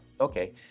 okay